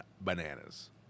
Bananas